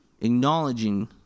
acknowledging